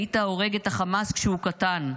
היית הורג את החמאס כשהוא קטן.